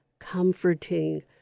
comforting